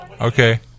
okay